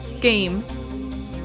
game